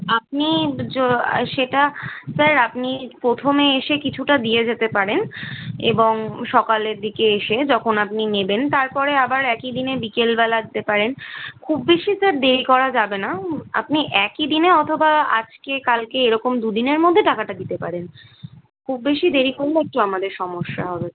আপনি সেটা স্যার আপনি প্রথমে এসে কিছুটা দিয়ে যেতে পারেন এবং সকালের দিকে এসে যখন আপনি নেবেন তারপরে আবার একই দিনে বিকেলবেলা আসতে পারেন খুব বেশি স্যার দেরি করা যাবে না আপনি একই দিনে অথবা আজকে কালকে এরকম দু দিনের মধ্যে টাকাটা দিতে পারেন খুব বেশি দেরি করলে একটু আমাদের সমস্যা হবে